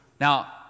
Now